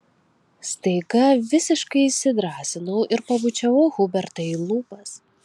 staiga visiškai įsidrąsinau ir pabučiavau hubertą į lūpas